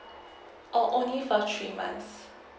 oh only for the three months